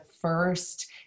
first